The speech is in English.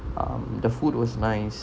um the food was nice